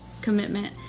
commitment